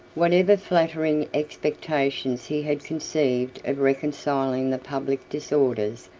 whatever flattering expectations he had conceived of reconciling the public disorders,